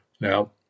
Now